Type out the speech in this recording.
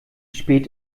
spät